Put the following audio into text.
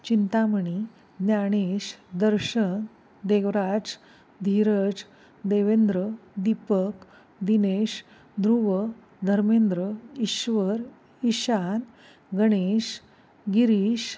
Chintamani Dnyanesh Darshan Devraj Dheeraj Devendra Deepak Dinesh Dhruv Dharmendra Ishwar Ishan Ganesh Girish